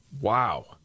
wow